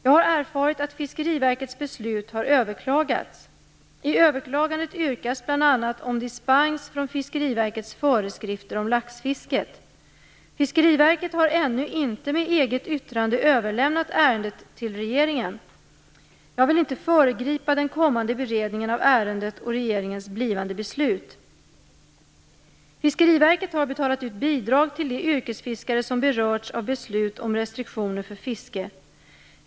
Jag har erfarit att Fiskeriverkets beslut har överklagats. I överklagandet yrkas bl.a. på dispens från Fiskeriverkets föreskrifter om laxfisket. Fiskeriverket har ännu inte med eget yttrande överlämnat ärendet till regeringen. Jag vill inte föregripa den kommande beredningen av ärendet och regeringens blivande beslut. Fiskeriverket har betalat ut bidrag till de yrkesfiskare som berörts av beslut om restriktioner för fiske.